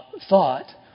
thought